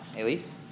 Elise